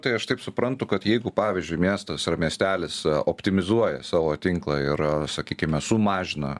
tai aš taip suprantu kad jeigu pavyzdžiui miestas ar miestelis optimizuoja savo tinklą ir sakykime sumažina